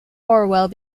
orwell